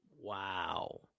Wow